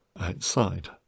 outside